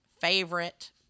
favorite